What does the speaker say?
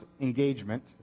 engagement